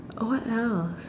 what else